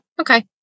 okay